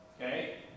okay